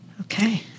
Okay